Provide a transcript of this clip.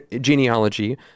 genealogy